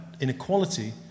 inequality